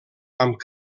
amb